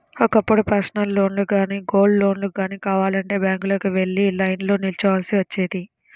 ఒకప్పుడు పర్సనల్ లోన్లు గానీ, గోల్డ్ లోన్లు గానీ కావాలంటే బ్యాంకులకు వెళ్లి లైన్లో నిల్చోవాల్సి వచ్చేది